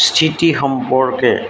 স্থিতি সম্পৰ্কে